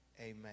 amen